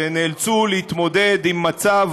שנאלצו להתמודד עם מצב